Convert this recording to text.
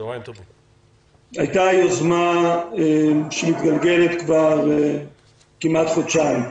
הייתה יוזמה שמתגלגלת כבר כמעט חודשים.